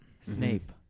Snape